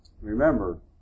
remember